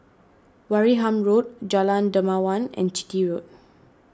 Wareham Road Jalan Dermawan and Chitty Road